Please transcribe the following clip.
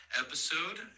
episode